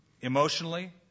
emotionally